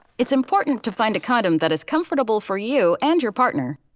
it's important to find a condom that is comfortable for you and your partner.